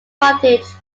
frontage